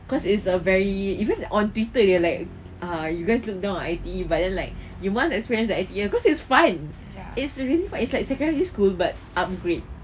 cause it's a very even on twitter you are like ah you guys look down on I_T_E but then like you must experience that I_T_E cause it's fun it's really like fun it's like secondary school but upgrade